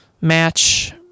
match